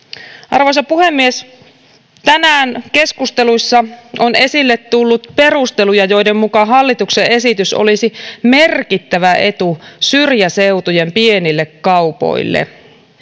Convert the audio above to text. arvoisa puhemies tänään keskusteluissa on esille tullut perusteluja joiden mukaan hallituksen esitys olisi merkittävä etu syrjäseutujen pienille kaupoille